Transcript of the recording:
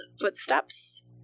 footsteps